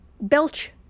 belch-